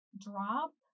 drop